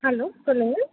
hello சொல்லுங்கள்